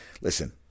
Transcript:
Listen